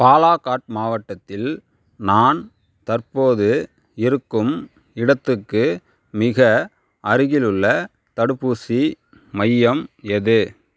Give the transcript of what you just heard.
பாலாகாட் மாவட்டத்தில் நான் தற்போது இருக்கும் இடத்துக்கு மிக அருகிலுள்ள தடுப்பூசி மையம் எது